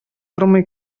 тормый